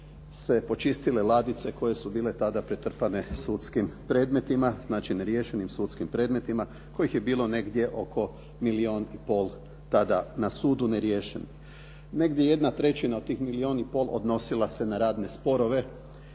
se počistile ladice koje su bile tada pretrpane sudskim predmetima, znači neriješenim sudskim predmetima kojih je bilo negdje oko milijun i pol tada na sudu neriješenih. Negdje 1/3 od tih milijun i pol odnosila se na radne sporove